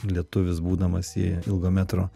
lietuvis būdamas į ilgo metro